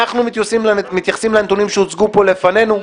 אנחנו מתייחסים לנתונים שהוצגו פה לפנינו -- מצוין.